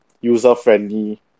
user-friendly